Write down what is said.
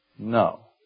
No